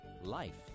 life